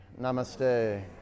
namaste